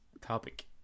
topic